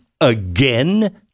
again